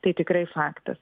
tai tikrai faktas